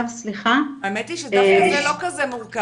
האמת היא שזה לא כזה מורכב,